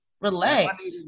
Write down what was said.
relax